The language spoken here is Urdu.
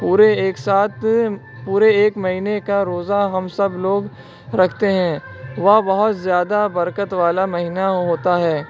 پورے ایک ساتھ پورے ایک مہینے کا روزہ ہم سب لوگ رکھتے ہیں وہ بہت زیادہ برکت والا مہینہ ہوتا ہے